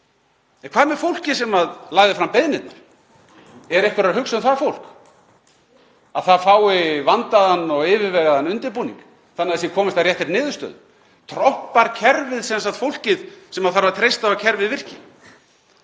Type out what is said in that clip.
En hvað með fólkið sem lagði fram beiðnirnar? Er einhver að hugsa um það fólk, að það fái vandaðan og yfirvegaðan undirbúning þannig að það sé komist að réttri niðurstöðu? Trompar kerfið sem sagt fólkið sem þarf að treysta á að kerfið virki?